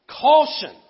Caution